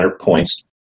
points